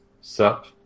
sup